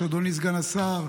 אדוני סגן השר,